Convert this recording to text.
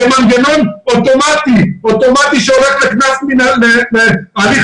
זה מנגנון אוטומטי שהולך לקנס בהליך